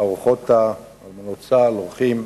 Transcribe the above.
האורחות אלמנות צה"ל, אורחים,